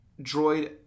droid